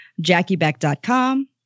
JackieBeck.com